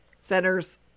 Centers